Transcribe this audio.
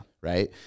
Right